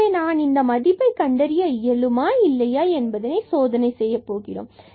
எனவே நான் இந்த மதிப்பை கண்டறிய இயலுமா இல்லையா என்பதனை சோதனை செய்யப் போகிறோம்